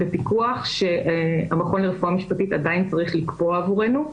בפיקוח שהמכון לרפואה משפטית עדיין צריך לקבוע עבורנו.